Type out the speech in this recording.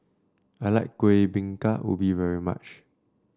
I like Kuih Bingka Ubi very much